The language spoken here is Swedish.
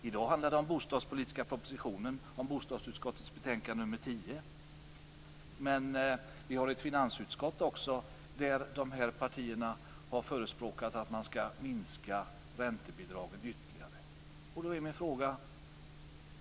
I dag handlar det om den bostadspolitiska propositionen och bostadsutskottets betänkande nr 10. Men det finns också ett finansutskott där dessa partier har förespråkat att man skall minska räntebidragen ytterligare.